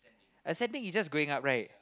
ascending is just going up right